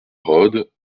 rhôde